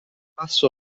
passo